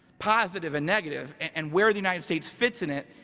positive and negative and where the united states fits in it,